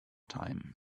time